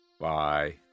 Bye